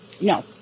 No